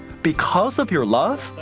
because of your love,